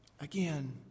Again